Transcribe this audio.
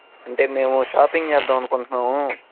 అంటే మేము షాపింగ్ చేద్దాం అనుకుంటున్నాము